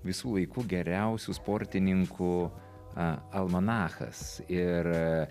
visų laikų geriausių sportininkų a almanachas ir